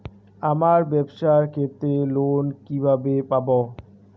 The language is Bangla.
আমার ব্যবসার ক্ষেত্রে লোন কিভাবে পাব?